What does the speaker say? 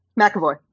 McAvoy